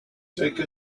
take